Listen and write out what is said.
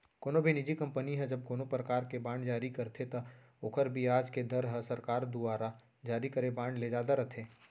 कोनो भी निजी कंपनी ह जब कोनों परकार के बांड जारी करथे त ओकर बियाज के दर ह सरकार दुवारा जारी करे बांड ले जादा रथे